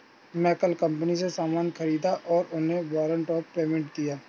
मैं कल कंपनी से सामान ख़रीदा और उन्हें वारंट ऑफ़ पेमेंट दिया